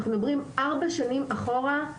אנחנו מדברים 4 שנים אחורה.